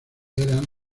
eran